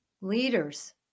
leaders